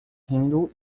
rindo